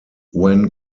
when